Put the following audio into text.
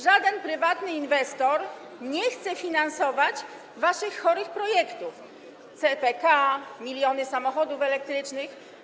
Żaden prywatny inwestor nie chce finansować waszych chorych projektów: CPK, miliony samochodów elektrycznych.